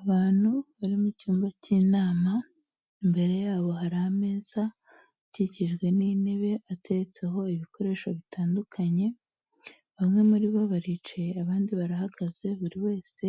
Abantu bari mu cyumba k'inama, imbere yabo hari ameza akikijwe n'intebe ateretseho ibikoresho bitandukanye, bamwe muri bo baricaye abandi barahagaze, buri wese